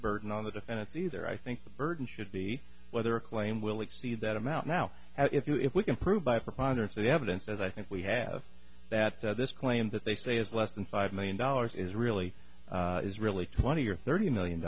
burden on the defense either i think the burden should be whether a claim will exceed that amount now if you if we can prove by a preponderance of the evidence as i think we have that this claim that they say is less than five million dollars is really is really twenty or thirty million